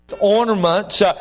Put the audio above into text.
ornaments